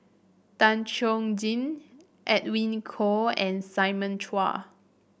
Tan Chuan Jin Edwin Koo and Simon Chua